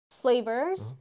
flavors